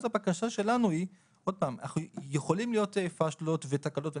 יכולות להיות פשלות ותקלות.